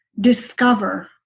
discover